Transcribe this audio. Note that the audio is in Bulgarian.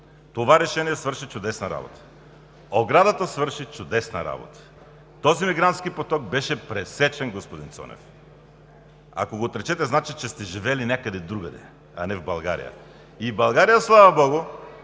Това решение свърши чудесна работа. Оградата свърши чудесна работа. Този мигрантски поток беше пресечен, господин Цонев. Ако го отречете, значи, че сте живели някъде другаде, а не в България. България, слава богу,